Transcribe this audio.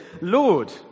Lord